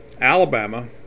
Alabama